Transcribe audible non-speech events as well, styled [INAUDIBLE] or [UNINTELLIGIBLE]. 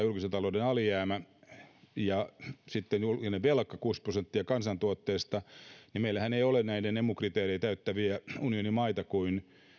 [UNINTELLIGIBLE] julkisen talouden alijäämä on korkeintaan kolme prosenttia kansantuotteesta ja sitten julkinen velka kuusikymmentä prosenttia kansantuotteesta niin meillähän ei ole näiden emu kriteerien täyttäviä unionin maita kuin